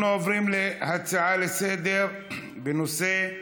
אנחנו עוברים להצעה לסדר-היום מס' 10145, בנושא: